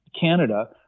canada